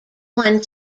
won